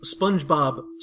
SpongeBob